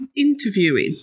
Interviewing